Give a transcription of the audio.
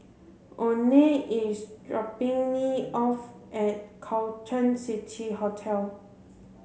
Oney is dropping me off at Carlton City Hotel